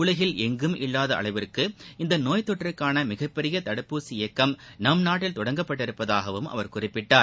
உலகில் எங்கும் இல்லாத அளவிற்கு இந்த நோய் தொற்றுக்கான மிகப்பெரிய தடுப்பூசி இயக்கம் நம் நாட்டில் தொடங்கப்பட்டுள்ளதாகவும் அவர் குறிப்பிட்டார்